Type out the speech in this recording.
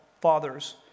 fathers